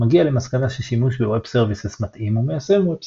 מגיע למסקנה ששימוש ב-Web Services מתאים ומיישם Web Service.